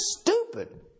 stupid